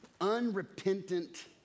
unrepentant